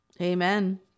amen